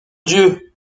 dieu